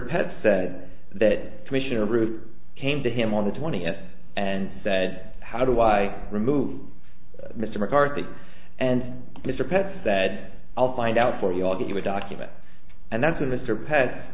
pett said that commissioner ruth came to him on the twentieth and said how do i remove mr mccarthy and mr pett said i'll find out for you i'll get you a document and that's when